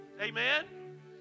amen